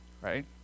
right